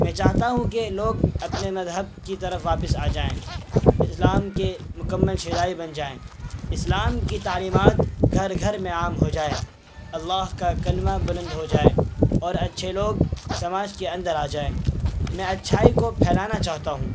میں چاہتا ہوں کہ لوگ اپنے مذہب کی طرف واپس آ جائیں اسلام کے مکمل شیدائی بن جائیں اسلام کی تعلیمات گھر گھر میں عام ہو جائے اللہ کا کلمہ بلند ہو جائے اور اچھے لوگ سماج کے اندر آ جائیں میں اچھائی کو پھیلانا چاہتا ہوں